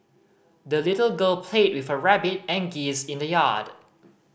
the little girl played with her rabbit and geese in the yard